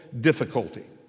difficulty